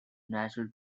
natural